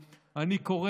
יש מקום לשינוי כיוון.